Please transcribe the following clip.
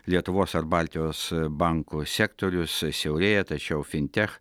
lietuvos ar baltijos bankų sektorius siaurėja tačiau fintech